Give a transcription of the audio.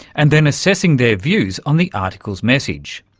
and then assessing their views on the article's message.